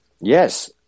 Yes